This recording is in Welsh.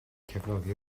cefnogi